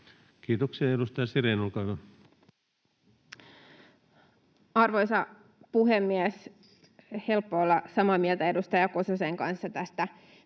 Kiitoksia. — Edustaja Sirén, olkaa hyvä. Arvoisa puhemies! On helppo olla samaa mieltä edustaja Kososen kanssa metsien